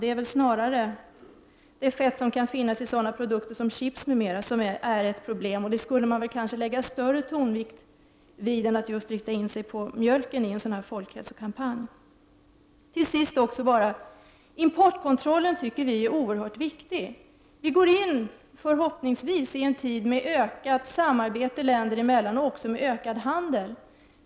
Det är snarare det fett som finns i produkter som t.ex. chips som är ett problem. Man borde i en folkhälsokampanj lägga större tonvikt vid det snarare än att rikta in sig på mjölken. Till sist också bara några ord om importkontrollen, som vi tycker är oerhört viktig. Vi går förhoppningsvis in i en tid med ökat samarbete länder emellan och även med ökad handel.